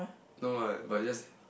no what but is just that